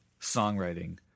songwriting